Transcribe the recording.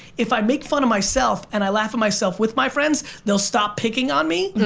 if i make fun of myself and i laugh at myself with my friends, they'll stop picking on me.